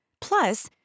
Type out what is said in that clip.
Plus